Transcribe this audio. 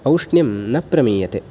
औष्ण्यं न प्रमीयते